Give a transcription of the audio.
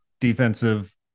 defensive